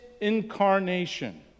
incarnation